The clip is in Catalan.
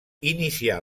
inicià